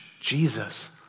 Jesus